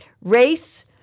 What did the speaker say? race